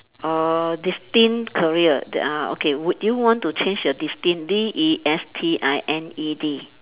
or destined career uh okay would you want to change your destined D E S T I N E D